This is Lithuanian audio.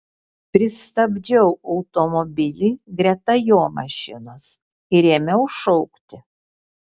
pristabdžiau automobilį greta jo mašinos ir ėmiau šaukti